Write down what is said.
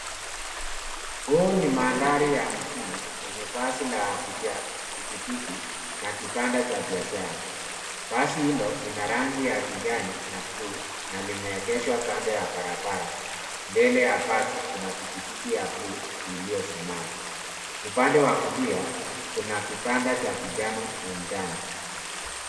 Hii ni mandhari ya mjini lenye basi la abiria, pikipiki, na kibanda cha biashara. Basi hilo lina rangi ya kijani na blue na limeegeshwa kando ya barabara . Mbele ya basi kuna pikipiki ya blue iliyosimama. Upande wa kulia, kuna kibanda cha kijani na njano.